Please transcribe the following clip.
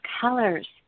colors